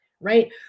right